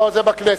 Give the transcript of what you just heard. לא לא, זה בכנסת.